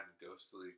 ghostly